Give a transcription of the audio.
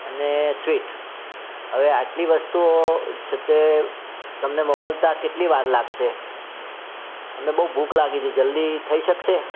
અને સ્વીટ હવે આટલી વસ્તુઓ છ તે તમને મોકલતા કેટલી વાર લાગશે અમને બહુ ભૂખ લાગી છે જલ્દી થઈ શકશે